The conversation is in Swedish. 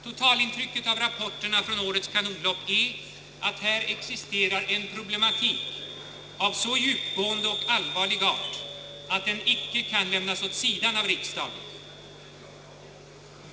Totalintrycket av rapporterna från årets Kanonlopp är att här existerar en problematik av så djupgående och allvarlig art, att den icke kan lämnas åt sidan av riksdagen.